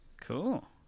Cool